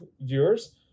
viewers